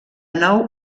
nou